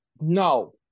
No